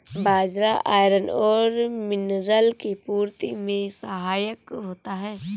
बाजरा iron और mineral की पूर्ति में सहायक होता है